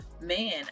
man